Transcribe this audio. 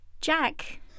Jack